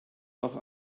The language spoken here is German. auch